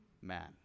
man